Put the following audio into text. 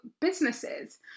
businesses